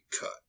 cut